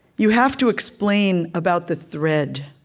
you have to explain about the thread.